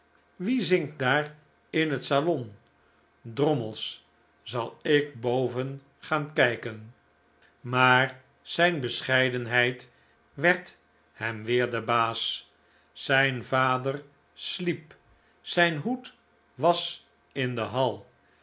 wie zingt daar in het salon drommels zal ik boven gaan kijken maar zijn bescheidenheid werd hem weer de baas zijn vader sliep zijn hoed was in de hal